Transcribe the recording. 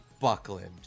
Buckland